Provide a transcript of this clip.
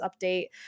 update